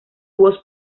voz